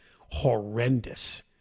horrendous